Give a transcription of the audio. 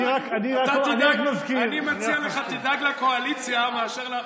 אני מציע לך, תדאג לקואליציה מאשר,